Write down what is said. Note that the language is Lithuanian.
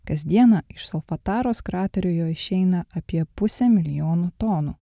kasdieną iš solfataros kraterio jo išeina apie pusę milijono tonų